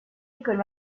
écoles